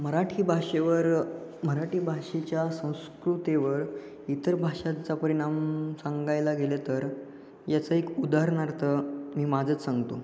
मराठी भाषेवर मराठी भाषेच्या संस्कृतीवर इतर भाषांचा परिणाम सांगायला गेलं तर याचं एक उदाहरणार्थ मी माझंच सांगतो